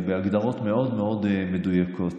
בהגדרות מאוד מאוד מדויקות,